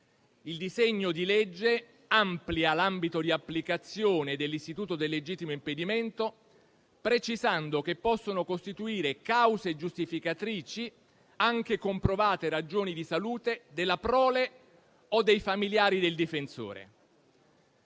Il disegno di legge amplia l'ambito di applicazione dell'istituto del legittimo impedimento precisando che possono costituire cause giustificatrici anche comprovate ragioni di salute della prole o dei familiari del difensore.